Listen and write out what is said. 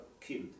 killed